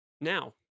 Now